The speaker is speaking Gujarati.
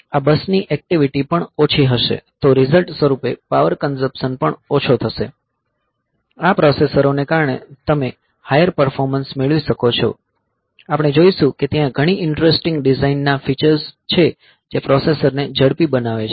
આ બસ ની અક્ટિવિટી પણ ઓછી હશે તો રિઝલ્ટ સ્વરૂપે પાવર કંઝમપશન પણ ઓછો થશે આ પ્રોસેસરોને કારણે તમે હાઈર પર્ફોર્મન્સ મેળવી શકો છો આપણે જોઈશું કે ત્યાં ઘણી ઈંટરેસ્ટિંગ ડિઝાઇન ના ફીચર્સ છે જે પ્રોસેસરને ઝડપી બનાવે છે